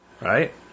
Right